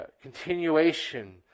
continuation